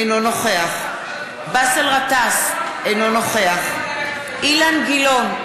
אינו נוכח באסל גטאס, אינו נוכח אילן גילאון,